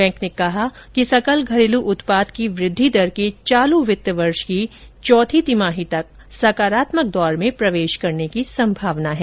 bank ने कहा है कि सकल घरेलू उत्पाद की वृद्धि दर के चालू वित्त वर्ष की चौथी तिमाही तक सकारात्मक दौर में प्रवेश करने की संभावना है